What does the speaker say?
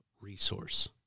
resource